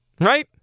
Right